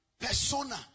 persona